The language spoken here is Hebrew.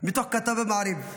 מתוך כתבה במעריב.